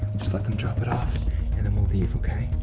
just let them drop it off and then we'll leave okay?